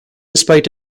spite